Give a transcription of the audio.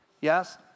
Yes